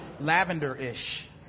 lavender-ish